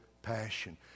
passion